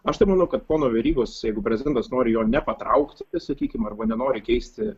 aš taip manau kad pono verygos jeigu prezidentas nori jo nepatraukti sakykim arba nenori keisti